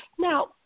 Now